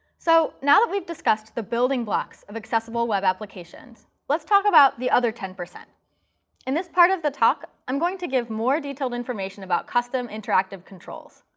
so now that we've discussed the building blocks of accessible web applications, let's talk about the other ten. in and this part of the talk, i'm going to give more detailed information about custom interactive controls.